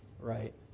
Right